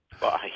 Bye